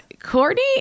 Courtney